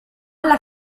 alla